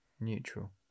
neutral